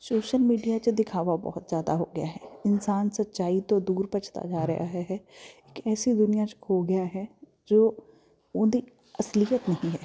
social media 'ਚ ਦਿਖਾਵਾ ਬਹੁਤ ਜ਼ਿਆਦਾ ਹੋ ਗਿਆ ਹੈ ਇਨਸਾਨ ਸੱਚਾਈ ਤੋਂ ਦੂਰ ਭੱਜਦਾ ਜਾ ਰਿਹਾ ਹੈ ਇਕ ਐਸੀ ਦੁਨੀਆਂ 'ਚ ਖੋ ਗਿਆ ਹੈ ਜੋ ਉਹਦੀ ਅਸਲੀਅਤ ਨਹੀਂ ਹੈ